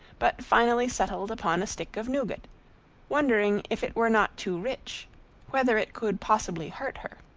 but finally settled upon a stick of nougat, wondering if it were not too rich whether it could possibly hurt her.